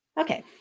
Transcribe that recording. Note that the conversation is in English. Okay